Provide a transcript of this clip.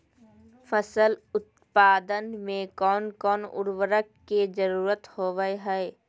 फसल उत्पादन में कोन कोन उर्वरक के जरुरत होवय हैय?